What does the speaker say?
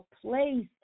place